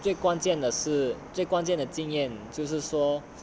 最关键的是最关键的经验就是说